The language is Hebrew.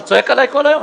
אתה צועק עליי כל היום.